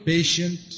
Patient